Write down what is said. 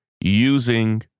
using